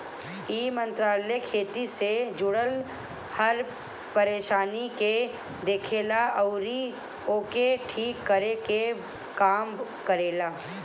इ मंत्रालय खेती से जुड़ल हर परेशानी के देखेला अउरी ओके ठीक करे के काम करेला